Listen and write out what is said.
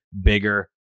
bigger